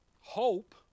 hope